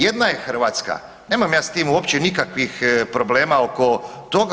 Jedna je Hrvatska, nemam ja s tim uopće nikakvih problema oko toga.